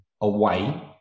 away